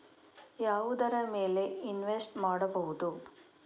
ಯಾವುದರ ಮೇಲೆ ಇನ್ವೆಸ್ಟ್ ಮಾಡಬಹುದು?